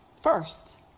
first